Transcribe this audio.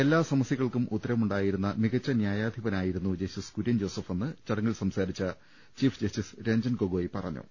എല്ലാ സമ സൃകൾക്കും ഉത്തരമുണ്ടായിരുന്ന മികച്ച നൃായാധിപനായിരുന്നു ജസ്റ്റിസ് കുര്യൻ ജോസഫെന്ന് ചടങ്ങിൽ സംസാരിച്ച ചീഫ് ജസ്റ്റിസ് രഞ്ജൻ ഗോഗോയ് പറഞ്ഞു